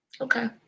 Okay